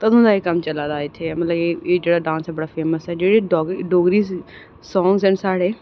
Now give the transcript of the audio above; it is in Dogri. तदूं दा एह् कम्म चला दा इत्थै मतलब कि एह् जेह्ड़ा डांस बड़ा फेमस ऐ जेह्ड़े डोगरी सांग न साढ़े